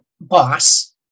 boss